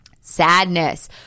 sadness